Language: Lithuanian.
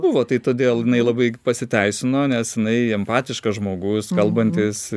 buvo tai todėl jinai labai pasiteisino nes jinai empatiškas žmogus kalbantis